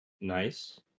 Nice